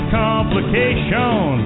complication